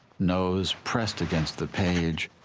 nose pressed against the page,